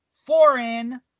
foreign